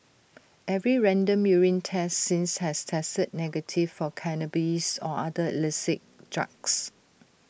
every random urine test since has tested negative for cannabis or other illicit drugs